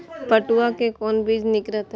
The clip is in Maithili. पटुआ के कोन बीज निक रहैत?